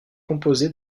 composé